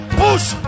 push